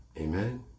Amen